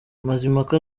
mazimpaka